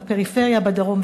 הפריפריה בדרום,